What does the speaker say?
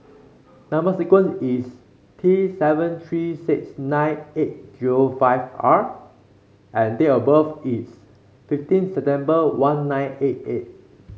number sequence is T seven three six nine eight zero five R and date of birth is fifteen September one nine eight eight